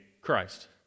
Christ